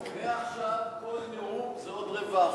מעכשיו כל נאום זה עוד רבע אחוז.